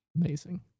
Amazing